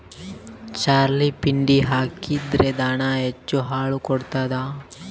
Barley ಪಿಂಡಿ ಹಾಕಿದ್ರೆ ದನ ಹೆಚ್ಚು ಹಾಲು ಕೊಡ್ತಾದ?